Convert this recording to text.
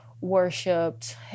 worshipped